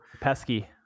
Pesky